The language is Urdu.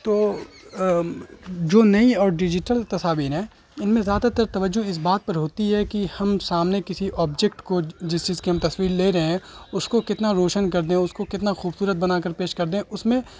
تو جو نئی اور ڈیجیٹل تصاویر ہیں ان میں زیادہ تر توجہ اس بات پر ہوتی ہے کہ ہم سامنے کسی آبجیکٹ کو جس چیز کی ہم تصویر لے رہے ہیں اس کو کتنا روشن کر دیں اس کو کتنا خوبصورت بنا کر پیش کر دیں اس میں